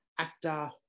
actor